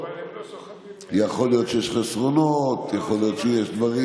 יכול להיות שיש דברים,